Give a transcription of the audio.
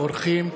האורחים,